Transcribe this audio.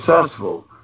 successful